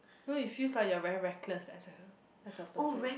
now it feels like you are very reckless as a as a person